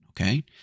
okay